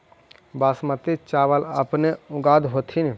बासमती चाबल अपने ऊगाब होथिं?